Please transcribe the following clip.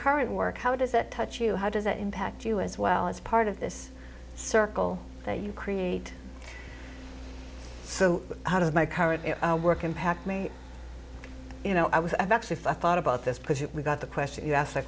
current work how does that touch you how does that impact you as well as part of this circle that you create so how does my current work impact me you know i was i've actually thought about this because you got the question you asked